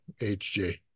HJ